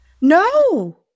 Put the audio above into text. No